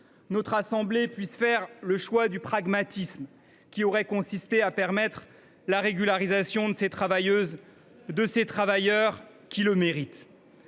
notre assemblée puisse faire le choix du pragmatisme, lequel aurait consisté à permettre la régularisation de ces travailleuses et